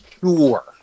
sure